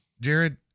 Jared